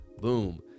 boom